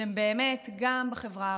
שהם באמת גם בחברה הערבית,